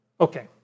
Okay